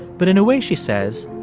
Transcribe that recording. but in a way, she says,